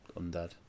undead